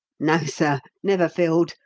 no, sir never filled.